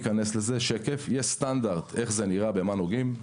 יש סטנדרט איך זה נראה ובמה נוגעים.